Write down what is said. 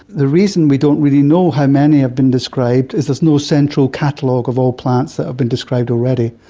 the reason we don't really know how many have been described is there's no central catalogue of all plants that have been described already.